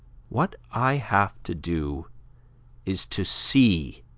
what i have to do is to see,